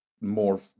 more